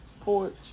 porch